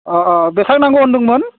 अ बेसां नांगौ होन्दोंमोन